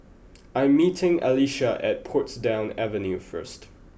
I am meeting Alisha at Portsdown Avenue first